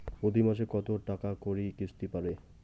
প্রতি মাসে কতো টাকা করি কিস্তি পরে?